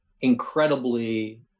incredibly